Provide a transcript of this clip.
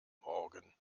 morgen